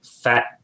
fat